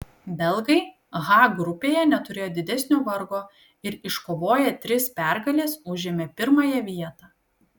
belgai h grupėje neturėjo didesnio vargo ir iškovoję tris pergales užėmė pirmąją vietą